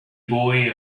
boy